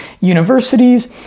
universities